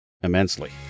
immensely